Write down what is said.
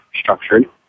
structured